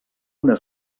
una